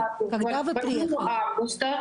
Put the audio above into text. הרוסית):